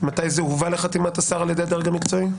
מתי זה הובא לחתימת השר על ידי הדרג המקצועי?